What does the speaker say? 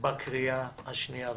בכנסת בקריאה השנייה והשלישית.